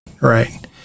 Right